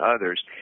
others